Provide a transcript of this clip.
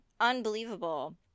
unbelievable